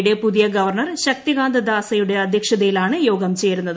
യുടെ പുതിയ ഗവർണർ ശക്തികാന്ത ദാസയുടെ അദ്ധ്യക്ഷതയിലാണ് യോഗം ചേരുന്നത്